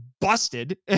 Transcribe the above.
busted